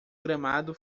gramado